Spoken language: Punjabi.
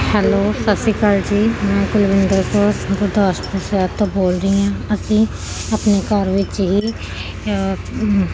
ਹੈਲੋ ਸਤਿ ਸ਼੍ਰੀ ਅਕਾਲ ਜੀ ਮੈਂ ਕੁਲਵਿੰਦਰ ਕੌਰ ਗੁਰਦਾਸਪੁਰ ਸ਼ਹਿਰ ਤੋਂ ਬੋਲ ਰਹੀ ਹਾਂ ਅਸੀਂ ਆਪਣੇ ਘਰ ਵਿੱਚ ਹੀ